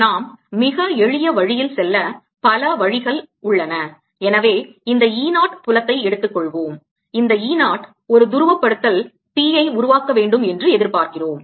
நாம் மிக எளிய வழியில் செல்ல பல வழிகள் உள்ளன எனவே இந்த E 0 புலத்தை எடுத்துக்கொள்வோம் இந்த E 0 ஒரு துருவப்படுத்தல் Pஐ உருவாக்க வேண்டும் என்று எதிர்பார்க்கிறோம்